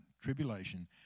Tribulation